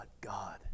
God